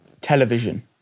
Television